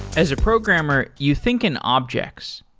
as a programmer, you think in objects.